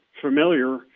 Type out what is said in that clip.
familiar